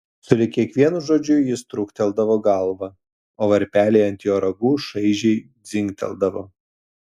sulig kiekvienu žodžiu jis trūkteldavo galvą o varpeliai ant jo ragų šaižiai dzingteldavo